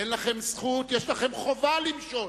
אין לכם זכות, יש לכם חובה למשול,